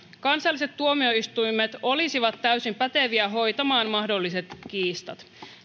kansalliset tuomioistuimet olisivat täysin päteviä hoitamaan mahdolliset kiistat